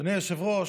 אדוני היושב-ראש,